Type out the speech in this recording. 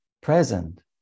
present